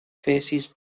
phases